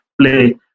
play